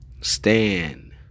Stand